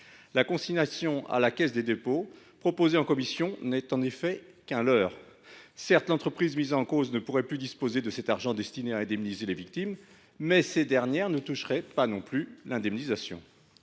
et consignations d’une partie des sommes dues par le défendeur, n’est en effet qu’un leurre. Certes, l’entreprise mise en cause ne pourrait plus disposer de cet argent destiné à indemniser les victimes, mais ces dernières ne toucheraient pas non plus l’indemnisation.